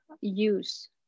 use